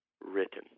written